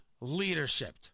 leadership